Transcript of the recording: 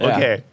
Okay